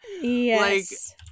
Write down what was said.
Yes